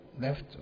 Left